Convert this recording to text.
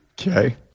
Okay